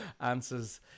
answers